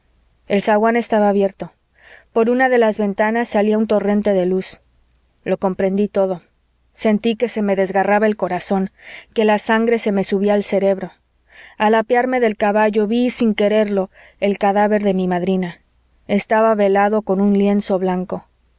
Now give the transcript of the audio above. el zaguán estaba abierto por una de las ventanas salía un torrente de luz lo comprendí todo sentí que se me desgarraba el corazón que la sangre se me subía al cerebro al apearme del caballo ví sin quererlo el cadáver de mi madrina estaba velado con un lienzo blanco